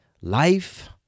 life